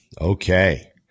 Okay